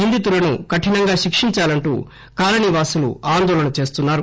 నిందితులను కఠినంగా శిక్షించాలంటూ కాలనీ వాసులు ఆందోళన చేస్తున్నారు